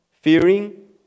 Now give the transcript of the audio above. fearing